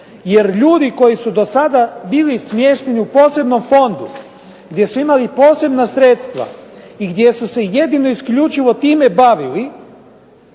jer ljudi koji su do sada bili smješteni u posebnom fondu, gdje su imali posebna sredstva, i gdje su se jedino i isključivo time bavili,